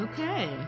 Okay